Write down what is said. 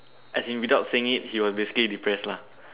as in without saying it he was basically depressed lah